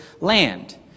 land